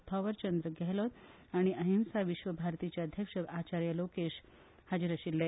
थॉवरचंद्र गेहलोत आनी अहिंसा विश्व भारतीचे अध्यक्ष आचार्य लोकेश हाजीर आसले